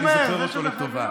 שאני זוכר אותו לטובה.